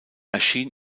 erschien